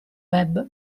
web